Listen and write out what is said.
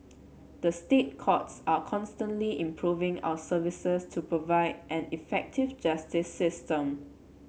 the State Courts are constantly improving our services to provide an effective justice system